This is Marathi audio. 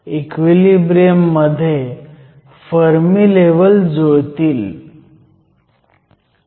इक्विलिब्रियम मध्ये फर्मी लेव्हल जुळतील